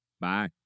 Bye